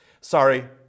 Sorry